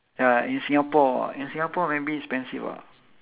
ya in singapore in singapore maybe expensive ah